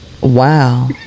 Wow